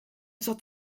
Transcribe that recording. zat